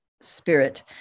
spirit